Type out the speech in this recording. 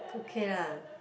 okay lah